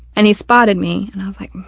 and he spotted me. and i was like,